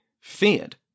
feared